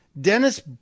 Dennis